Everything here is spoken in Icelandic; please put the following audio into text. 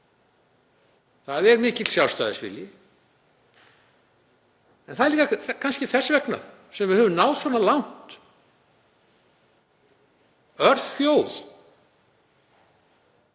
það er mikill sjálfstæðisvilji. En það er kannski þess vegna sem við höfum náð svona langt, örþjóð.